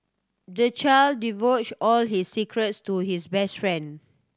the child divulged all his secrets to his best friend